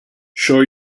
sure